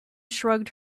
shrugged